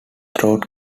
throat